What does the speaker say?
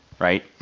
right